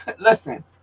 Listen